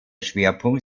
schwerpunkt